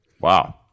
Wow